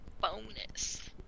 Bonus